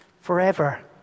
forever